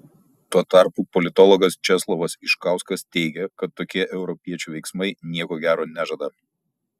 tuo tarpu politologas česlovas iškauskas teigia kad tokie europiečių veiksmai nieko gero nežada